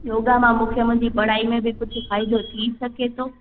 योगा मां मूंखे मुंहिंजी पढ़ाई में बि कुझु फ़ाइदो थी सघे थो